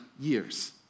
years